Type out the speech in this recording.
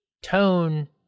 tone